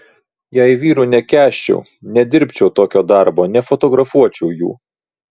jei vyrų nekęsčiau nedirbčiau tokio darbo nefotografuočiau jų